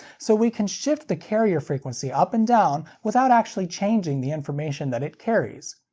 so we can shift the carrier frequency up and down, without actually changing the information that it carries.